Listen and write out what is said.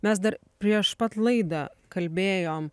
mes dar prieš pat laidą kalbėjom